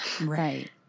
Right